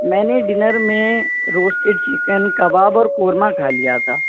میں نے ڈنر میں روسٹڈ چکن کباب اور قورمہ کھا لیا تھا